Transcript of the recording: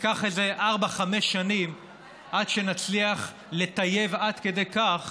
ייקח איזה ארבע-חמש שנים עד שנצליח לטייב עד כדי כך